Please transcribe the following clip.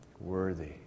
Worthy